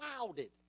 clouded